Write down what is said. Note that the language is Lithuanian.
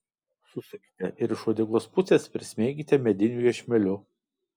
susukite ir iš uodegos pusės prismeikite mediniu iešmeliu